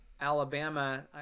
alabama